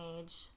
age